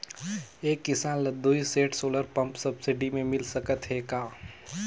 एक किसान ल दुई सेट सोलर पम्प सब्सिडी मे मिल सकत हे का?